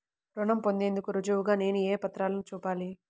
రుణం పొందేందుకు రుజువుగా నేను ఏ పత్రాలను చూపాలి?